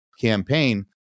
campaign